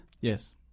Yes